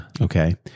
Okay